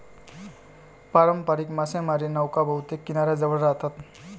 पारंपारिक मासेमारी नौका बहुतेक किनाऱ्याजवळ राहतात